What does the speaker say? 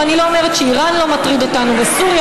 ואני לא אומרת שאיראן לא מטרידה אותנו וסוריה